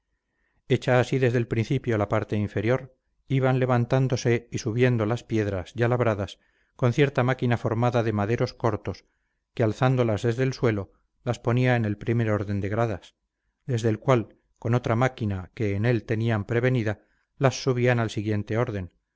hecha así desde el principio la parte inferior iban levantándose y subiendo las piedras ya labradas con cierta máquina formada de maderos cortos que alzándolas desde el suelo las ponía en el primer orden de gradas desde el cual con otra máquina que en él tenían prevenida las subían al segundo orden